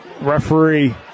Referee